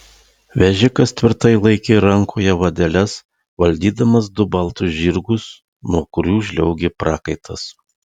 vežikas tvirtai laikė rankoje vadeles valdydamas du baltus žirgus nuo kurių žliaugė prakaitas